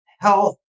health